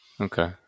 Okay